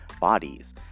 bodies